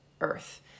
earth